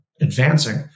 advancing